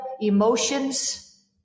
emotions